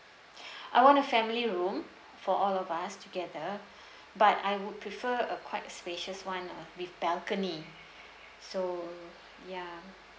I want a family room for all of us together but I would prefer a quite spacious [one] uh with balcony so ya